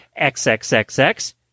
XXXX